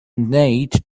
nate